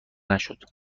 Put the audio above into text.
نشد